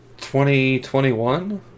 2021